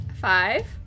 Five